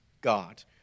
God